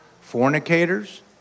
fornicators